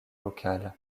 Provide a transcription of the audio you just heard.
locale